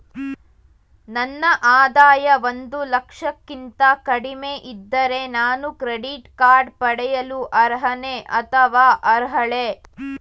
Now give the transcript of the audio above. ನನ್ನ ಆದಾಯ ಒಂದು ಲಕ್ಷಕ್ಕಿಂತ ಕಡಿಮೆ ಇದ್ದರೆ ನಾನು ಕ್ರೆಡಿಟ್ ಕಾರ್ಡ್ ಪಡೆಯಲು ಅರ್ಹನೇ ಅಥವಾ ಅರ್ಹಳೆ?